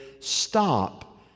stop